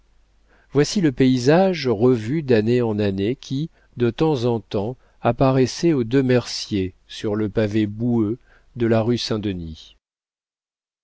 voici le paysage revu d'année en année qui de temps en temps apparaissait aux deux merciers sur le pavé boueux de la rue saint-denis